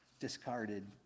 discarded